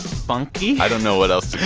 funky i don't know what else